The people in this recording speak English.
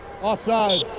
Offside